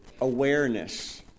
awareness